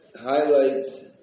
highlights